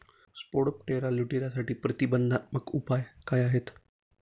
Spodoptera लिट्युरासाठीचे प्रतिबंधात्मक उपाय काय आहेत?